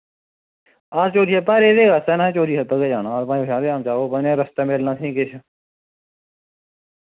हां चोरियै चोरी छप्पे कैं जाना भाएं शरे आम जाओ भाएं रस्तै मिलन असें किश